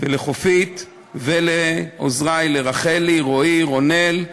לחופית, ולעוזרי, רחלי, רועי, רונן,